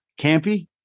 Campy